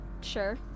Sure